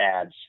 ads